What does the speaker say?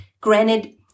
Granted